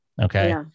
Okay